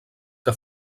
que